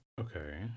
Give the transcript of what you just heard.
Okay